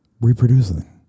reproducing